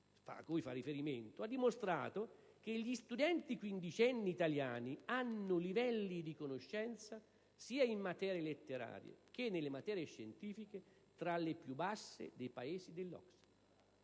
fa riferimento, ha dimostrato che gli studenti quindicenni italiani hanno livelli di conoscenza, sia nelle materie letterarie che in quelle scientifiche, tra i più bassi dei Paesi dell'OCSE,